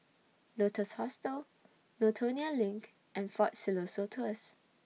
Lotus Hostel Miltonia LINK and Fort Siloso Tours